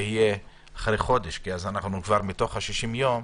אחרי חודש, כי אז אנחנו בתוך ה-60 יום,